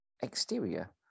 Exterior